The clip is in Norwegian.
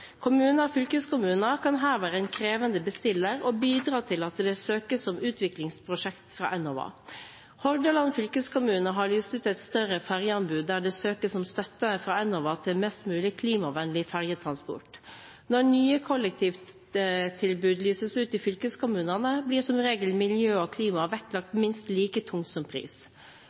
Kommuner og fylkeskommuner kan her være en krevende bestiller og bidra til at det søkes om utviklingsprosjekter fra Enova. Hordaland fylkeskommune har lyst ut et større fergeanbud der det søkes om støtte fra Enova til mest mulig klimavennlig fergetransport. Når nye kollektivanbud lyses ut i fylkeskommunene, blir som regel miljø og klima vektlagt minst like tungt som pris.